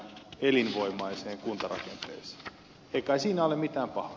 ei kai siinä ole mitään pahaa